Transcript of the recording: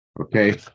Okay